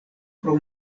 pro